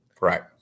Right